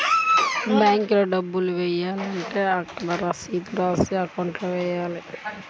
బ్యాంక్లో డబ్బులు ఎలా వెయ్యాలి?